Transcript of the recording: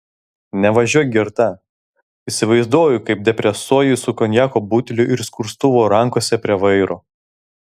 nevažiuok girta įsivaizduoju kaip depresuoji su konjako buteliu ir skustuvu rankose prie vairo